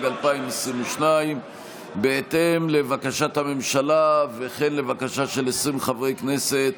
2022. בהתאם לבקשת הממשלה וכן לבקשה של 20 חברי כנסת